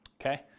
okay